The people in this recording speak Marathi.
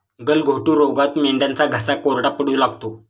गलघोटू रोगात मेंढ्यांचा घसा कोरडा पडू लागतो